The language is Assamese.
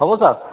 হ'ব ছাৰ